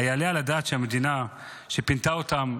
היעלה על הדעת שהמדינה שפינתה אותם,